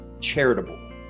charitable